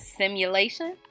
simulation